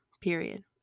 period